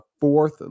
fourth